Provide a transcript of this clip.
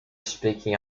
speaking